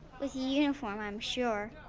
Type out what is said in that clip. with a uniform i'm sure.